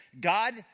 God